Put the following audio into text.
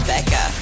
Becca